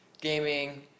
gaming